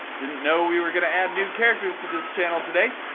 didn't know we were gonna add new characters to this channel today.